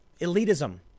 elitism